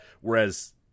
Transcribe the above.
Whereas